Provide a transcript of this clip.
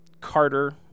Carter